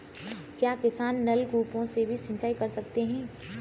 क्या किसान नल कूपों से भी सिंचाई कर सकते हैं?